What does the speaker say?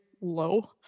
low